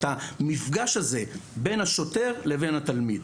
את המפגש הזה בין השוטר לבין התלמיד.